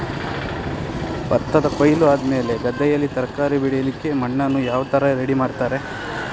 ಭತ್ತದ ಕೊಯ್ಲು ಆದಮೇಲೆ ಗದ್ದೆಯಲ್ಲಿ ತರಕಾರಿ ಬೆಳಿಲಿಕ್ಕೆ ಮಣ್ಣನ್ನು ಯಾವ ತರ ರೆಡಿ ಮಾಡ್ತಾರೆ?